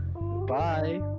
Bye